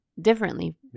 differently